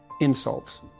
insults